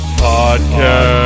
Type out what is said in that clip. podcast